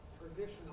traditional